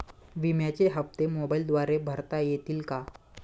विम्याचे हप्ते मोबाइलद्वारे भरता येतील का?